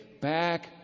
back